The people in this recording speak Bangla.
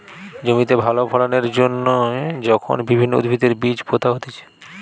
জমিতে ভালো ফলন এর জন্যে যখন বিভিন্ন উদ্ভিদের বীজ পোতা হতিছে